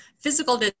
physical